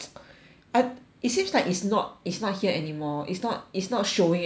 uh it seems like it's not it's not here anymore it's not it's not showing anymore